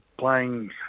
Playing